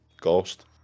ghost